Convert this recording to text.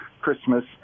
Christmas